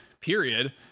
period